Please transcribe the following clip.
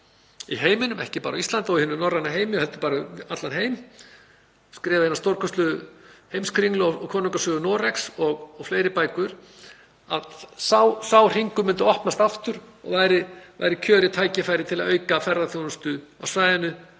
í heiminum, ekki bara á Íslandi og í hinum norræna heimi heldur um allan heim, sem skrifaði hina stórkostlegu Heimskringlu, konungasögur Noregs og fleiri bækur. Sá hringur myndi opnast aftur og væri kjörið tækifæri til að auka ferðaþjónustu á svæðinu